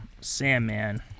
sandman